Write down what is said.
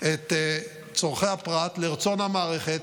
את צורכי הפרט לרצון המערכת,